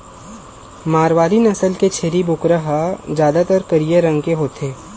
मारवारी नसल के छेरी बोकरा ह जादातर करिया रंग के होथे